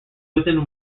within